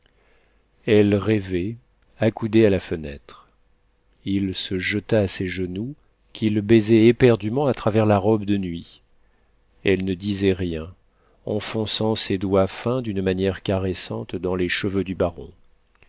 elle rêvait accoudée à la fenêtre il se jeta à ses genoux qu'il baisait éperdûment à travers la robe de nuit elle ne disait rien enfonçant ses doigts fins d'une manière caressante dans les cheveux du baron